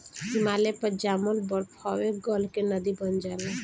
हिमालय पर जामल बरफवे गल के नदी बन जाला